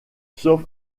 sauf